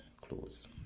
close